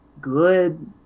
good